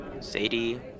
Sadie